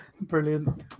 Brilliant